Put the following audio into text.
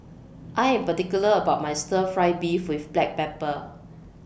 I Am particular about My Stir Fry Beef with Black Pepper